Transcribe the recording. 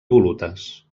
volutes